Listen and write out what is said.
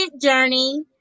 journey